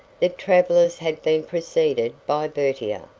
the travelers had been preceded by bertier,